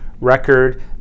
record